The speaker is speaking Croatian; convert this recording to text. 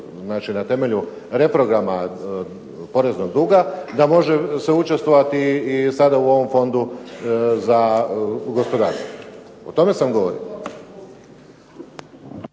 na temelju reprograma poreznog duga da može se učestvovati i sada u ovom fondu za gospodarstvo. O tome sam govorio.